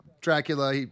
Dracula